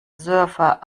server